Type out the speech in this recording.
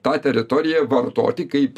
tą teritoriją vartoti kaip